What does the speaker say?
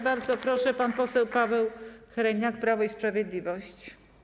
Bardzo proszę, pan poseł Paweł Hreniak, Prawo i Sprawiedliwość.